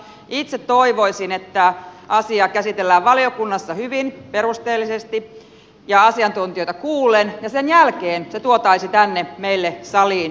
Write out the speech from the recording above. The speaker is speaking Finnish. itse toivoisin että asia käsiteltäisiin valiokunnassa hyvin perusteellisesti ja asiantuntijoita kuullen ja sen jälkeen se tuotaisiin tänne meille saliin päätettäväksi